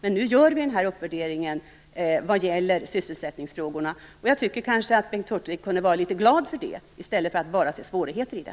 Men nu gör vi uppvärderingen vad gäller sysselsättningsfrågorna. Jag tycker kanske att Bengt Hurtig kunde vara litet glad för det i stället för att bara se svårigheter i det.